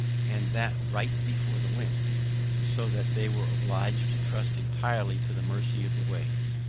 and that right before the wind so that they were obliged to trust entirely to the mercy of the waves.